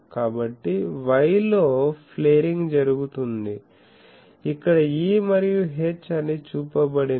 కాబట్టి y లో flaring జరుగుతుంది ఇక్కడ E మరియు H అని చూపబడింది